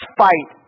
fight